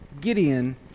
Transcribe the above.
Gideon